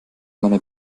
meiner